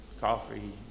coffee